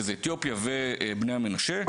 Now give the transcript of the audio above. יהודי אתיופיה ובני המנשה.